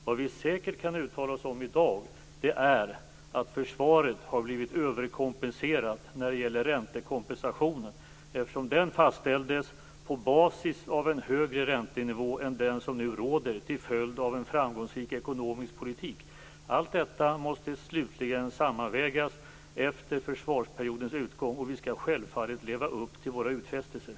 Vad vi säkert kan uttala oss om i dag är att försvaret har blivit överkompenserat när det gäller räntekompensationen, eftersom denna fastställdes på basis av en högre räntenivå än den som nu råder till följd av en framgångsrik ekonomisk politik. Allt detta måste slutligen sammanvägas efter försvarsperiodens utgång, och vi skall självfallet leva upp till våra utfästelser.